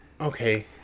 okay